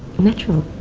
natural.